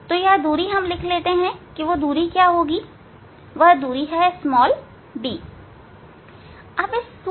तो वह दूरी हम लिख लेते हैं वह दूरी d है